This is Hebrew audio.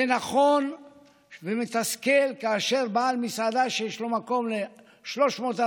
זה נכון שזה מתסכל כאשר בעל מסעדה שיש לו מקום ל-400-300